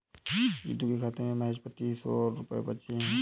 जीतू के खाते में महज पैंतीस सौ रुपए बचे हैं